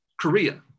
Korea